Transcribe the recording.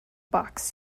box